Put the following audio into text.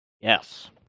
Yes